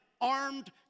armed